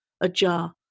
ajar